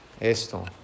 esto